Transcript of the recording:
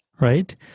right